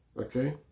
Okay